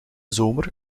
zomer